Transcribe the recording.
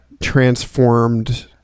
transformed